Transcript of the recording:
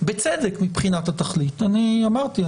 בצדק מבחינת התכלית אמרתי,